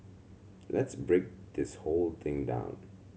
let's break this whole thing down